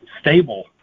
stable